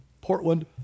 Portland